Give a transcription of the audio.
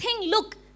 look